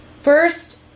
First